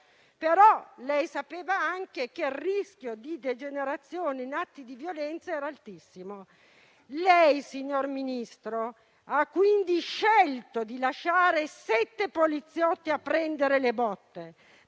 Lei sapeva anche che il rischio di degenerazione in atti di violenza era altissimo. Lei, signor Ministro, ha quindi scelto di lasciare sette poliziotti a prendere le botte